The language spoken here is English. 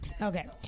Okay